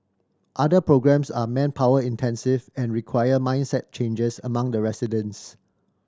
other programmes are manpower intensive and require mindset changes among the residents